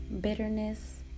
bitterness